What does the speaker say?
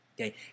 Okay